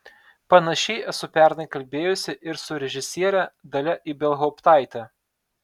panašiai esu pernai kalbėjusi ir su režisiere dalia ibelhauptaite